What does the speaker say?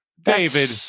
david